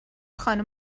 خانم